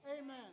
Amen